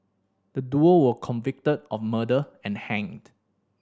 the duo were convicted of murder and hanged